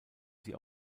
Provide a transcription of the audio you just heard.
sie